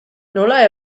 nola